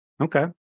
Okay